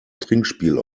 trinkspiel